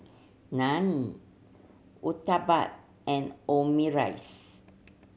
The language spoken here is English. Naan Uthapam and Omurice